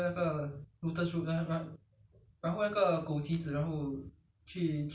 ya lotus root soup I have the pork rib so you don't have to buy